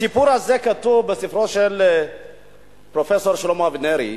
הסיפור הזה כתוב בספרו של פרופסור שלמה אבינרי.